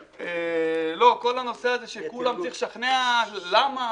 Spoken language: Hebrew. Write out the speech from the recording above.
כל הנושא זה שצריך לשכנע את כולם, למה,